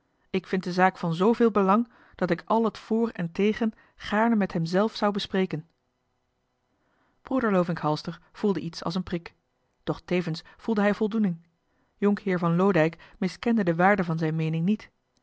ik vind de zaak van zveel belang johan de meester de zonde in het deftige dorp dat ik al het voor en tegen gaarne met hem zelf zou bespreken broeder lovink halster voelde iets als een prik doch tevens voelde hij voldoening jonkheer van loodijck miskende de waarde van zijn meening niet